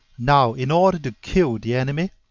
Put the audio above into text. now in order to kill the enemy,